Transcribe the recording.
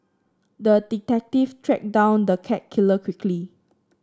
the detective tracked down the cat killer quickly